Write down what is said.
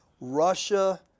Russia